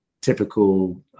typical